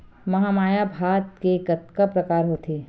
महमाया भात के कतका प्रकार होथे?